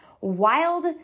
wild